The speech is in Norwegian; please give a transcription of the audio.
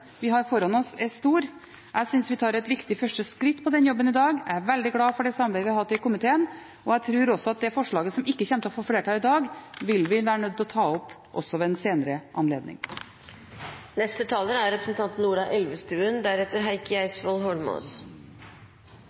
i dag. Jeg er veldig glad for det samarbeidet vi har hatt i komiteen, og jeg tror også at det forslaget som ikke får flertall i dag, vil vi være nødt til å ta opp ved en senere anledning. Dette er